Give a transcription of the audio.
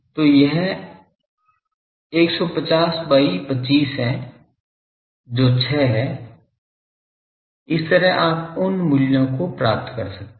तो यह 150 बाई 25 है जो 6 है इस तरह आप उन मूल्यों को प्राप्त कर सकते हैं